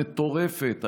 מטורפת,